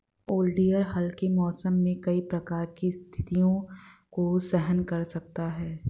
oleander हल्के मौसम में कई प्रकार की स्थितियों को सहन कर सकता है